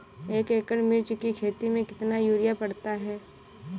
एक एकड़ मिर्च की खेती में कितना यूरिया पड़ता है?